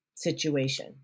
situation